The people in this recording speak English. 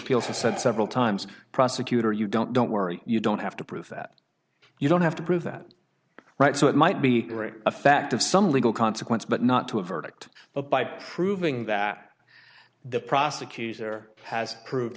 have said several times prosecutor you don't don't worry you don't have to prove that you don't have to prove that right so it might be a fact of some legal consequence but not to a verdict but by proving that the prosecutor has proved